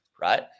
right